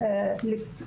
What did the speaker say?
הנשים.